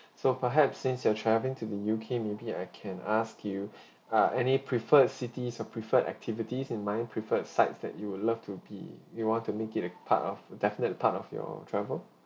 so perhaps since you're travelling to the U_K maybe I can ask you uh any preferred cities or preferred activities in mind preferred sites that you would love to be you want to make it a part of definite part of your travel